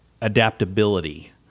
adaptability